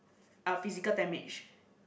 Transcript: uh physical damage